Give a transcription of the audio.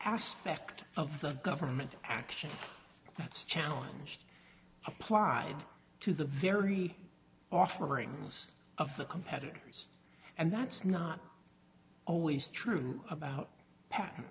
aspect of the government action challenge applied to the very offerings of the competitors and that's not always true about pat